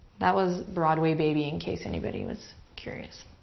that was broadway baby in case anybody was curious.